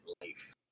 Life